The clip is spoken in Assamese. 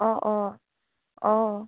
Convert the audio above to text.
অঁ অঁ অঁ